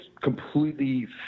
completely